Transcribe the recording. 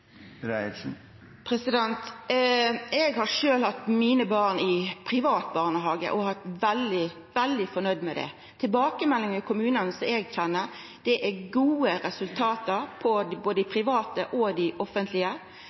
Eidissen? Eg har sjølv hatt mine barn i privat barnehage og har vore veldig fornøgd med det. Tilbakemeldingane i kommunar som eg kjenner, er at det er gode resultat både i dei private og i dei offentlege.